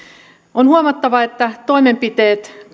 on huomattava että toimenpiteet